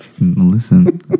Listen